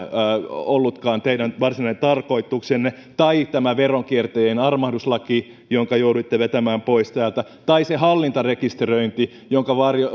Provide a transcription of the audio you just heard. ollutkaan teidän varsinainen tarkoituksenne tai tämä veronkiertäjien armahduslaki jonka jouduitte vetämään pois täältä tai se hallintarekisteröinti